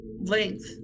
Length